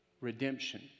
Redemption